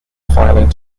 filing